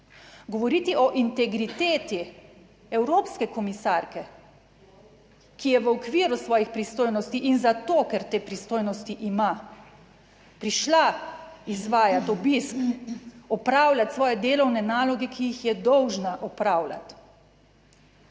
Govoriti o integriteti evropske komisarke, ki je v okviru svojih pristojnosti in zato, ker te pristojnosti ima, prišla izvajati obisk, opravljati svoje delovne naloge, ki jih je dolžna opravljati,